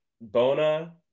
bona